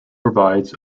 provides